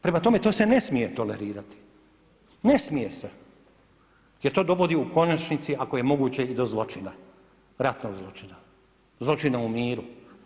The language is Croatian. Prema tome, to se ne smije tolerirati, ne smije se jer to dovodi u konačnici, ako je moguće i do zločina, ratnog zločina, zločina u miru.